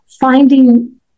Finding